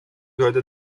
gehörte